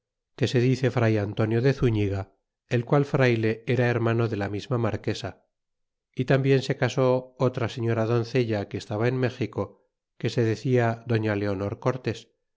que se dice fray antonio de zúiiiga el qual frayle era her mano de la misma marquesa y tarnbien se casó otra señora doncella que estaba en méxico x que se decia doña leonor cortés